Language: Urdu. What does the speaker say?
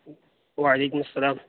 وعلیکم السلام